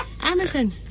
Amazon